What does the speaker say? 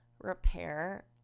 repair